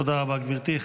תודה רבה, גברתי.